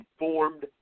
informed